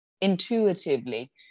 intuitively